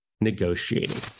negotiating